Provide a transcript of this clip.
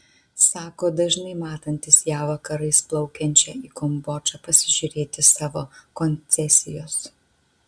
sako dažnai matantis ją vakarais plaukiančią į kambodžą pasižiūrėti savo koncesijos